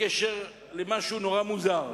בקשר למשהו נורא מוזר: